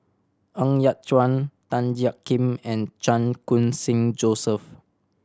Ng Yat Chuan Tan Jiak Kim and Chan Khun Sing Joseph